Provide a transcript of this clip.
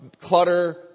clutter